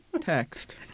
text